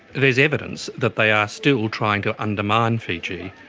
there's evidence that they are still trying to undermine fiji.